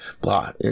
blah